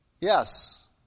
Yes